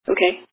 Okay